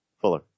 Fuller